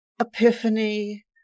epiphany